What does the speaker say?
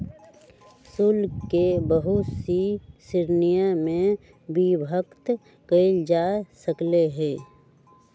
शुल्क के बहुत सी श्रीणिय में विभक्त कइल जा सकले है